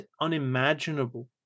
unimaginable